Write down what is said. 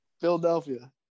philadelphia